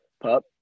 pup